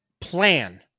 plan